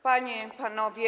Panie i Panowie!